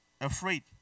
Afraid